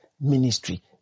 ministry